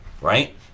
right